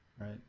Right